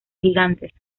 gigantes